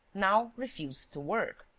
now refused to work!